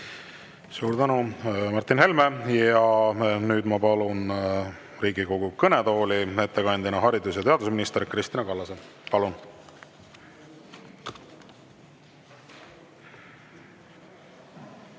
Suur tänu, Martin Helme! Nüüd ma palun Riigikogu kõnetooli haridus- ja teadusminister Kristina Kallase. Palun!